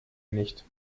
nicht